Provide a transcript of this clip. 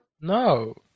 No